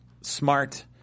smart